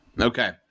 Okay